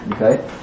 Okay